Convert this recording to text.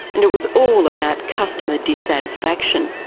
and it was all about customer dissatisfaction.